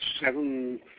seven